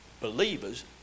believers